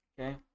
Okay